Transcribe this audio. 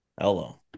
Hello